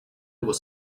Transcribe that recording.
was